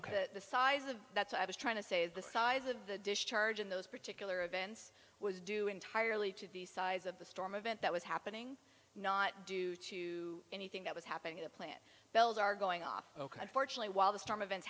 ok the size of that's what i was trying to say is the size of the discharge in those particular events was due entirely to the size of the storm event that was happening not due to anything that was happening in the plant bells are going off ok unfortunately while the storm events